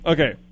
Okay